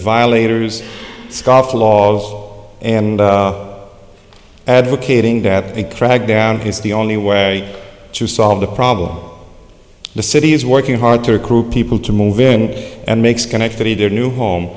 violators scofflaws and advocating that crackdown is the only way to solve the problem the city is working hard to recruit people to move in and make schenectady their new home